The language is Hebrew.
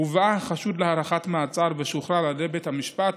הובא החשוד להארכת מעצר ושוחרר על ידי בית המשפט